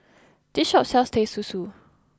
this shop sells Teh Susu